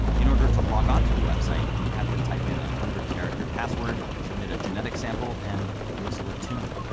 in order to log onto a website you'd have to type in a one hundred character password, submit a genetic sample, and whistle a tune.